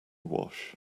wash